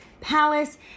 palace